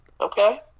Okay